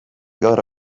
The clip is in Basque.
gaur